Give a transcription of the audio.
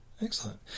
Excellent